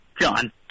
John